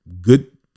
good